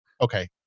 okay